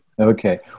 Okay